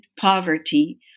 poverty